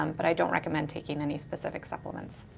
um but i don't recommend taking any specific supplements.